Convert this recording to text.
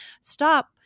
stop